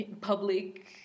Public